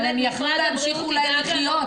--- אבל הם יכלו להמשיך אולי לחיות.